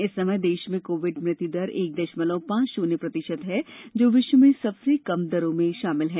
इस समय देश में कोविड मुत्य दर एक दशमलव पांच शुन्य प्रतिशत है जो विश्व में सबसे कम दरों में शामिल है